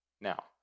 Now